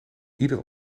iedere